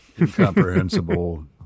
incomprehensible